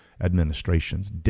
administrations